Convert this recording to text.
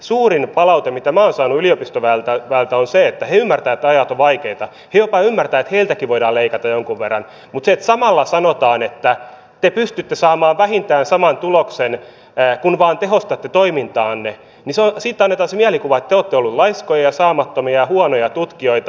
suurin palaute mitä minä olen saanut yliopistoväeltä on se että he ymmärtävät että ajat ovat vaikeita ja he jopa ymmärtävät että heiltäkin voidaan leikata jonkun verran mutta kun samalla sanotaan että te pystytte saamaan vähintään saman tuloksen kun vain tehostatte toimintaanne niin annetaan se mielikuva että te olette olleet laiskoja saamattomia ja huonoja tutkijoita